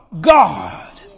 God